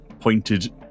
pointed